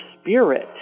spirit